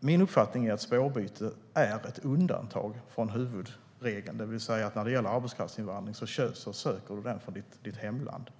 Min uppfattning är att spårbyte är ett undantag från huvudregeln, det vill säga att när det gäller arbetskraftsinvandring ansöker man om det från sitt hemland.